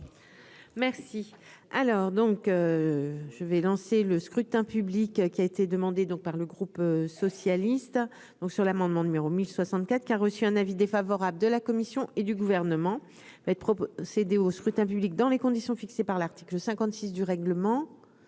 Merci, alors donc je vais lancer le scrutin public qui a été demandée, donc par le groupe socialiste, donc sur l'amendement numéro 1064 qui a reçu un avis défavorable de la commission et du gouvernement va être cédé au scrutin public dans les conditions fixées par l'article 56 du règlement